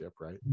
right